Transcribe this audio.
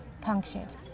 punctured